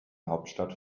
hauptstadt